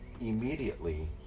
immediately